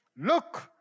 Look